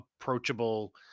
approachable